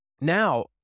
Now